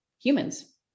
humans